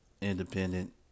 independent